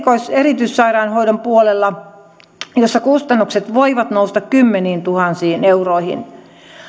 erikoissairaanhoidon puolella jossa kustannukset voivat nousta kymmeniintuhansiin euroihin